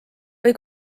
või